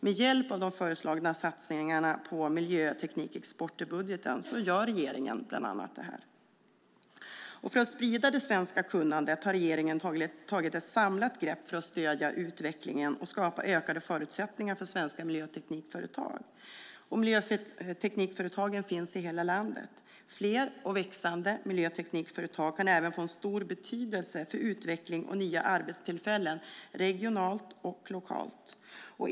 Med hjälp av de föreslagna satsningarna på miljöteknikexport i budgeten gör regeringen bland annat detta. För att sprida det svenska kunnandet har regeringen tagit ett samlat grepp för att stödja utvecklingen och skapa ökade förutsättningar för svenska miljöteknikföretag. Miljöteknikföretagen finns i hela landet. Fler och växande miljöteknikföretag kan även få en stor betydelse för utveckling och nya arbetstillfällen regionalt och lokalt.